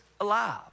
alive